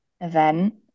event